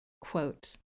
Quote